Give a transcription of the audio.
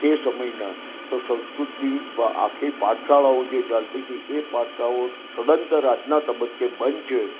તે સમયનાં તો સંસ્કૃતની આખી પાઠશાળાઓ જે ચાલતી હતી એ પાઠશાળાઓ સદંતર આજનાં તબક્કે બંધ છે